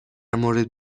مورد